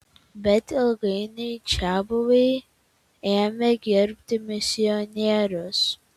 bet ilgainiui čiabuviai ėmė gerbti misionierius